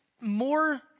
more